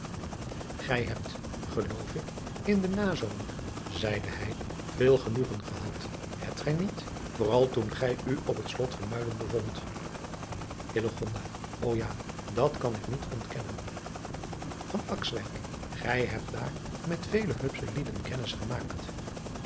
ij hebt geloof ik in den nazomer zeide hij veel genoegen gehad hebt gij niet vooral toen gij u op het lot van uiden bevondt o a dat kan ik niet ontkennen ij hebt daar met vele hupsche lieden kennis gemaakt